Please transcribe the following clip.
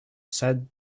said